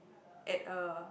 at a